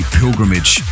pilgrimage